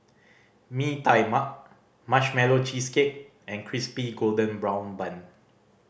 Mee Tai Mak Marshmallow Cheesecake and Crispy Golden Brown Bun